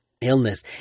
illness